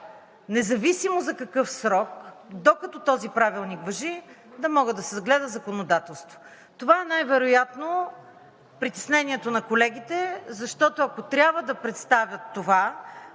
независимо за какъв срок, докато този правилник важи, да може да се гледа законодателство. Това е най-вероятно притеснението на колегите. Защото, ако трябва да представят това